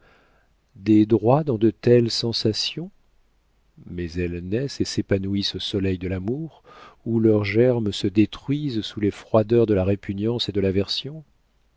des droits dans de telles sensations mais elles naissent et s'épanouissent au soleil de l'amour ou leurs germes se détruisent sous les froideurs de la répugnance et de l'aversion a